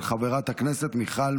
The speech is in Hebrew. של חבר הכנסת הרב משה גפני,